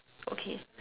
okay